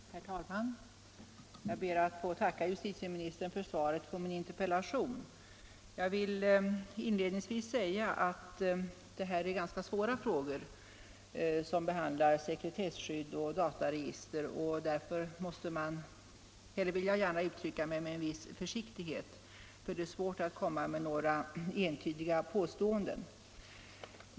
Herr talman! Jag ber att få tacka justitieministern för svaret på min interpellation. Inledningsvis vill jag säga att det här är ganska svåra frågor om sekretesskydd och dataregister, och därför uttrycker jag mig med en viss försiktighet, för det är svårt att komma med några entydiga påståenden.